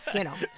you know.